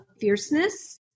fierceness